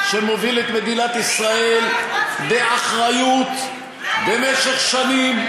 שמוביל את מדינת ישראל באחריות במשך שנים,